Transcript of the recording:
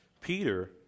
Peter